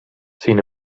sin